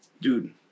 dude